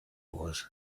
was